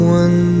one